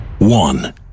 One